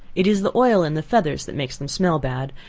it is the oil in the feathers that makes them smell bad,